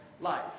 life